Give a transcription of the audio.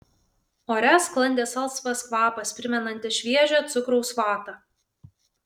ore sklandė salsvas kvapas primenantis šviežią cukraus vatą